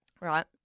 right